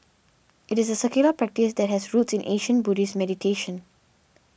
it is a secular practice that has roots in ancient Buddhist meditation